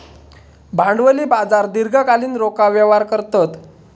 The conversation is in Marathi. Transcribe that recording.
भांडवली बाजार दीर्घकालीन रोखा व्यवहार करतत